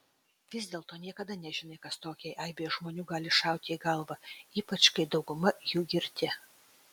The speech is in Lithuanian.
vis dėlto niekada nežinai kas tokiai aibei žmonių gali šauti į galvą ypač kai dauguma jų girti